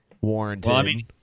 warranted